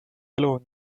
elu